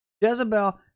Jezebel